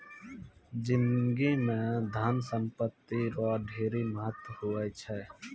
जिनगी म धन संपत्ति रो ढेरी महत्व हुवै छै